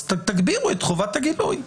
אז תגבירו את חובת הגילוי.